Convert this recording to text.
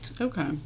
Okay